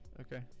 Okay